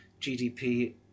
GDP